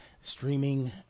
streaming